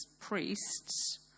priests